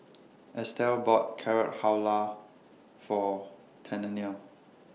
Estelle bought Carrot Halwa For Tennille